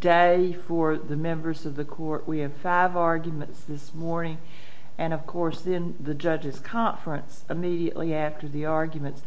day for the members of the court we have five arguments this morning and of course in the judge's conference immediately after the arguments